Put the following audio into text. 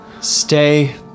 Stay